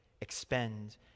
expend